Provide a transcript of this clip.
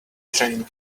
train